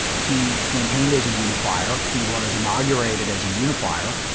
he campaigned as a unifier. he was inaugurated as a unifier,